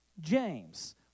James